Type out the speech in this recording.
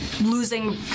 losing